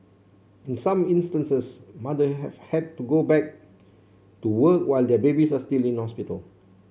in some instances mothers had to go back to work while their babies are still in hospital